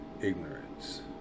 ignorance